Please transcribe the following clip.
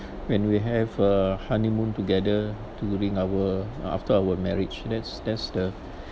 when we have a honeymoon together during our after our marriage that's that's the